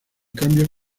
cambios